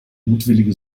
mutwillige